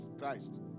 Christ